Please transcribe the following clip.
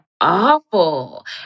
awful